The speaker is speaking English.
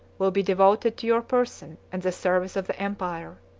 will be devoted to your person and the service of the empire.